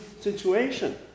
situation